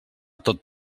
tot